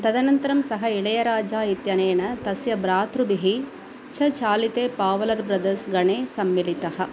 तदनन्तरं सः इळेयराजा इत्यनेन तस्य भ्रातृभिः च चालितः पावलर्ब्रदर्स् गणे सम्मिलितः